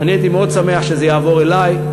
אני הייתי מאוד שמח שזה יעבור אלי.